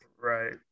Right